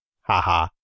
haha